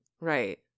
Right